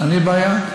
אין לי בעיה.